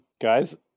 guys